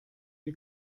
die